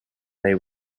they